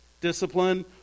discipline